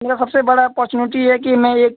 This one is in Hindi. मेरा सबसे बड़ा पोर्चनिटी ये है कि मैं ये